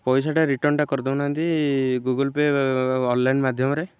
ପଇସାଟା ରିଟର୍ଣ୍ଣଟା କରିଦେଉନାହାନ୍ତି ଗୁଗୁଲ୍ ପେ ଅନ୍ଲାଇନ୍ ମାଧ୍ୟମରେ